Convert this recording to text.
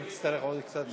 אם תצטרך עוד קצת,